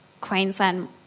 Queensland